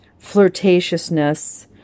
flirtatiousness